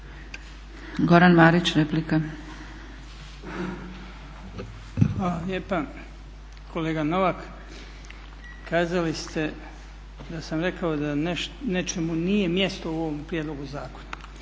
Goran (HDZ)** Hvala lijepa. Kolega Novak, kazali ste da sam rekao da nečemu nije mjesto u prijedlogu ovoga